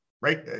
right